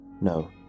No